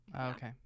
okay